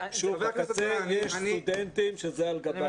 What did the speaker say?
בקצה יש סטודנטים שזה על גבם.